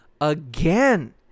again